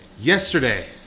yesterday